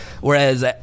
Whereas